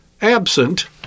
absent